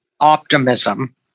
optimism